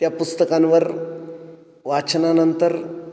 त्या पुस्तकांवर वाचनानंतर